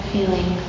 feeling